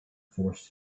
forced